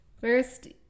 first